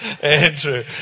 Andrew